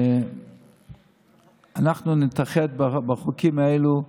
שאנחנו נתאחד בחוקים האלה,